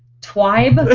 twibe.